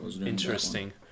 interesting